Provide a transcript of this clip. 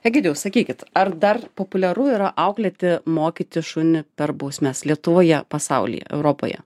egidijau sakykit ar dar populiaru yra auklėti mokyti šunį per bausmes lietuvoje pasaulyje europoje